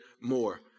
more